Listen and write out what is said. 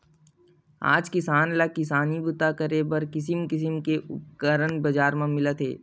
आज किसान ल किसानी बूता करे बर किसम किसम के उपकरन बजार म मिलत हे